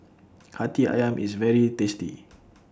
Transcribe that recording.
Hati Ayam IS very tasty